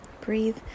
breathe